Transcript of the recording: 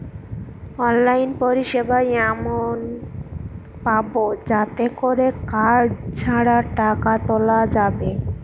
online পরিষেবা এমন পাবো যাতে করে কার্ড ছাড়া টাকা তোলা যাবে